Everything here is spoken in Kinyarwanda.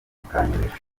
bikanyobera